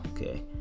Okay